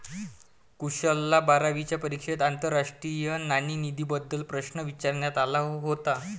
कुशलला बारावीच्या परीक्षेत आंतरराष्ट्रीय नाणेनिधीबद्दल प्रश्न विचारण्यात आला होता